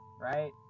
right